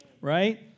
right